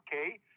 okay